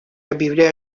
объявляю